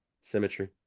symmetry